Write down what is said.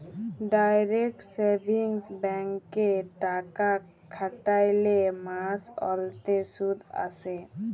direct savings ব্যাংকে টাকা খ্যাটাইলে মাস অল্তে সুদ আসে